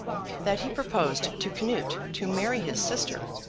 that he proposed to canute to marry his sister,